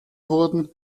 wurden